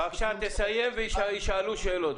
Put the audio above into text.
בבקשה, תסיים וישאלו שאלות.